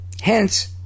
Hence